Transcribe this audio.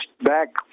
back